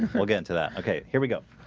we'll get into that. okay here we go